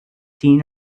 seen